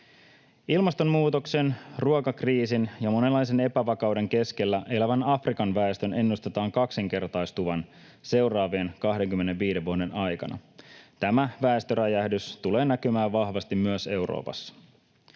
Ilmastonmuutoksen, ruokakriisin ja monenlaisen epävakauden keskellä elävän Afrikan väestön ennustetaan kaksinkertaistuvan seuraavien 25 vuoden aikana. Tämä väestöräjähdys tulee näkymään vahvasti myös Euroopassa.